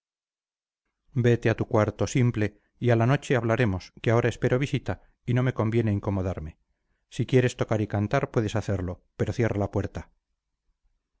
vete a tu cuarto simple y a la noche hablaremos que ahora espero visita y no me conviene incomodarme si quieres tocar y cantar puedes hacerlo pero cierra la puerta